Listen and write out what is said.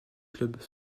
clubs